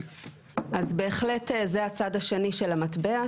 אז בהחלט זה הצד השני של המטבע,